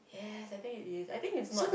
yes I think it is I think it's not